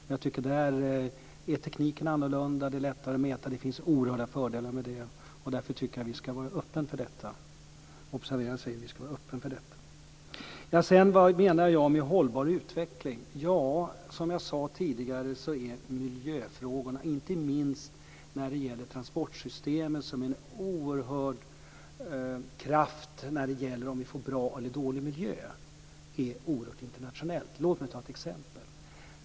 Men tekniken är annorlunda, och det är lättare att mäta. Det finns oerhörda fördelar med det, och därför tycker jag att vi ska vara öppna för det. Observera att jag säger att vi ska vara öppna för detta. Vad menar jag med hållbar utveckling? Ja, som jag sade tidigare är miljöfrågorna - inte minst när det gäller transportsystemen, som är en oerhörd kraft i fråga om vi får bra eller dålig miljö - oerhört internationella. Låt mig ta ett exempel.